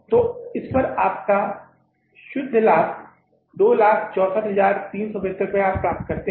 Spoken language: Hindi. आप इस पर 264375 का शुद्ध लाभ प्राप्त करते हैं